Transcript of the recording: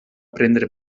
prendre